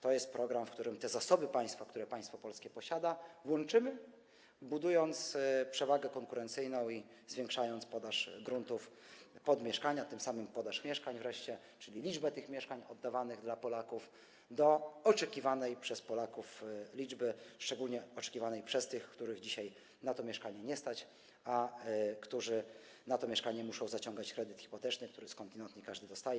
To jest program, w którym zasoby państwa, które państwo polskie posiada, łączymy, budując przewagę konkurencyjną i zwiększając podaż gruntów pod mieszkania, a tym samym wreszcie podaż mieszkań, czyli liczbę tych mieszkań oddawanych dla Polaków, do oczekiwanej przez Polaków liczby, szczególnie oczekiwanej przez tych, których dzisiaj na to mieszkanie nie stać, a którzy na to mieszkanie muszą zaciągać kredyt hipoteczny, który skądinąd nie każdy dostaje.